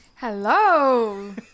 Hello